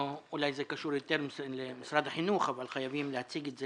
אולי זה קשור יותר למשרד החינוך אבל חייבים להציג את זה